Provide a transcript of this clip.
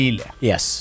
Yes